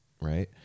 right